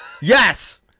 Yes